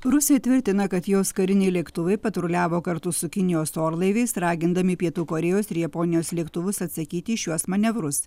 rusija tvirtina kad jos kariniai lėktuvai patruliavo kartu su kinijos orlaiviais ragindami pietų korėjos ir japonijos lėktuvus atsakyti į šiuos manevrus